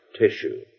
tissue